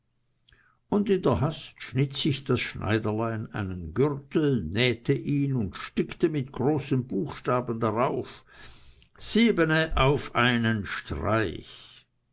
und in der hast schnitt sich das schneiderlein einen gürtel nähte ihn und stickte mit großen buchstaben darauf siebene auf einen streich